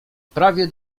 prawie